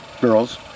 girls